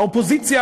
האופוזיציה,